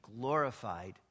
glorified